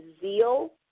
zeal